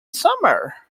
summer